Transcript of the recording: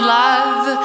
love